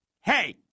hey